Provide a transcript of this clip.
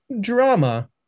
drama